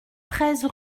treize